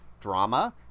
drama